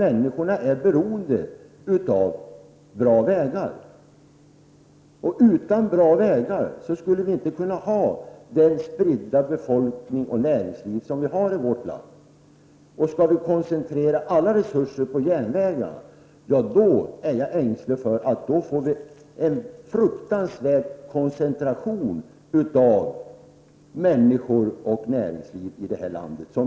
Människorna är beroende av bra vägar. Utan bra vägar skulle vi inte kunna ha den spridda befolkning och det näringsliv som vi har i vårt land. Skall vi koncentrera alla resurser på järnvägar är jag ängslig för att vi får en fruktansvärd koncentration av människor och näringsliv i det här landet.